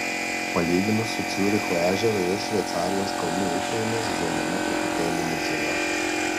palyginus su ciuricho ežeru ir šveicarijos kalnų upėmis žeimena truputėlį murzina